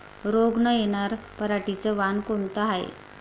रोग न येनार पराटीचं वान कोनतं हाये?